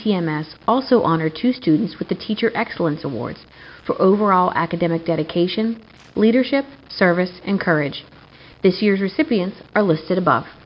t m s also honored two students with the teacher excellence award for overall academic dedication leadership service and courage this year's recipients are listed above